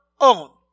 own